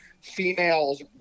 females